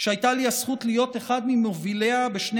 שהייתה לי הזכות להיות אחד ממוביליה בשני